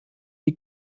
die